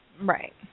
right